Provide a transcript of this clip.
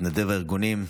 מתנדב הארגונים.